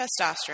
testosterone